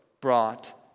brought